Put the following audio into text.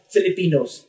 Filipinos